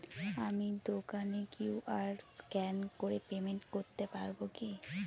আমি দোকানে QR scan করে পেমেন্ট করতে পারবো কি?